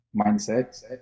mindset